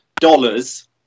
dollars